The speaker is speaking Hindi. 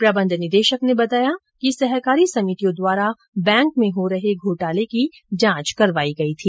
प्रबंध निदेशक ने बताया कि सहकारी समितियों द्वारा बैंक में हो रहे घोटाले की जांच करवाई गई थी